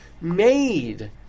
made